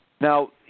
Now